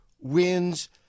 wins